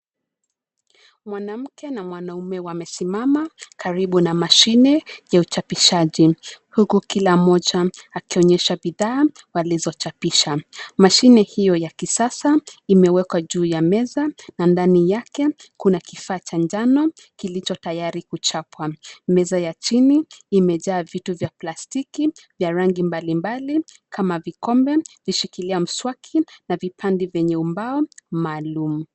Mwanamke na mwanaume wamesimama karibu na mashine ya uchapishaji; huku kila mmoja akionyesha bidhaa walizochapisha. Mashine hiyo ya kisasa imewekwa juu ya meza na ndani yake kuna kifaa cha njano kilicho tayari kuchapwa. Meza ya chini imejaa vitu vya plastiki vya rangi mbalimbali kama vikombe, vishikilia mswaki na vipande vyenye ubao maalum.